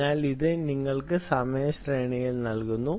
അതിനാൽ ഇത് നിങ്ങൾക്ക് സമയ ശ്രേണി നൽകുന്നു